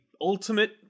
ultimate